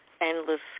endless